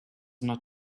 not